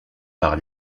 par